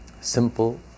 Simple